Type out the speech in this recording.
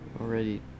Already